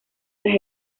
las